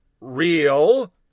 real